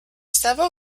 several